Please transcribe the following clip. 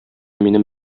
минем